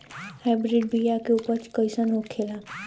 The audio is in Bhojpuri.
हाइब्रिड बीया के उपज कैसन होखे ला?